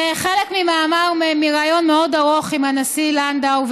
זה חלק ממאמר מריאיון מאוד ארוך עם הנשיא לנדאו,